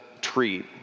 treat